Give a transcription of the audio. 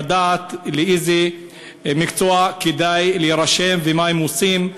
לדעת לאיזה מקצוע כדאי להירשם ומה הם עושים.